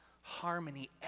harmony